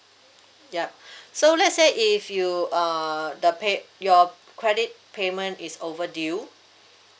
yup so let's say if you uh the pay your credit payment is overdue